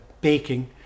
baking